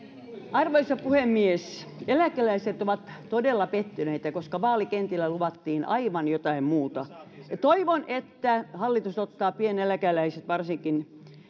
arvoisa puhemies eläkeläiset ovat todella pettyneitä koska vaalikentillä luvattiin aivan jotain muuta toivon että hallitus ottaa varsinkin pieneläkeläiset